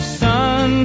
sun